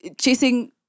chasing